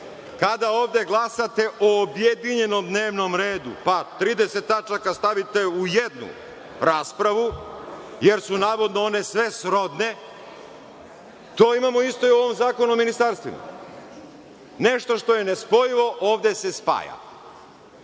kada ovde glasate o objedinjenom dnevnom redu, pa 30 tačaka stavite u jednu raspravu, jer su navodno one sve srodne, to imamo isto i u ovom Zakonu o ministarstvima. Nešto što je nespojivo ovde se spaja.